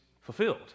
fulfilled